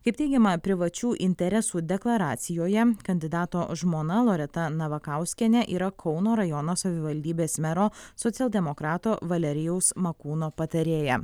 kaip teigiama privačių interesų deklaracijoje kandidato žmona loreta navakauskienė yra kauno rajono savivaldybės mero socialdemokrato valerijaus makūno patarėja